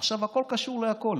עכשיו הכול קשור לכול.